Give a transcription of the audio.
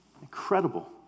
Incredible